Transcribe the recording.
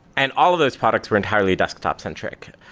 and all of those products were entirely desktop-centric.